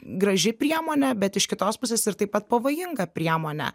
graži priemonė bet iš kitos pusės ir taip pat pavojinga priemonė